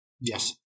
Yes